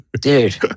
dude